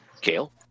Kale